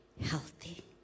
healthy